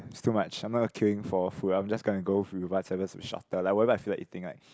it's too much I'm not queuing for food I'm just gonna to whatever is in the shop like whatever I feel like eating right